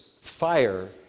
fire